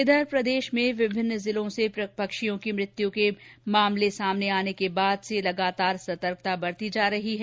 इधर प्रदेश में विभिन्न जिलों से पक्षियों की मृत्यू के मामले सामने आने के बाद से लगातार सतर्कता बरती जा रही है